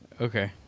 okay